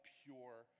pure